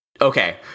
okay